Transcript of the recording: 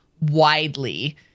widely